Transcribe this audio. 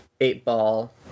eight-ball